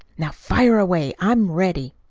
now fire away! i'm ready.